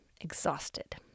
exhausted